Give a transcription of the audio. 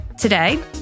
Today